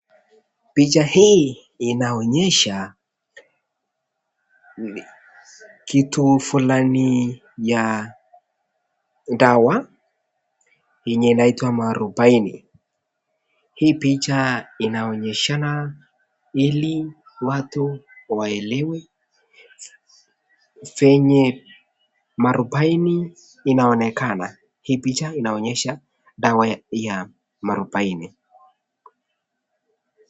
Picha hii inaonyesha kitu fulani ya dawa yenye inaitwa muarabaini. Hii picha inaonyeshana ili watu waelewe venye muarubaine inaonekana. Hii picha inaonyesha dawa ya muarubaini.